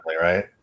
right